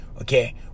okay